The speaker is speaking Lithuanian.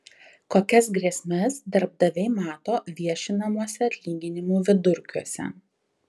kokias grėsmes darbdaviai mato viešinamuose atlyginimų vidurkiuose